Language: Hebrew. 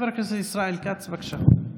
חבר הכנסת ישראל כץ, בבקשה.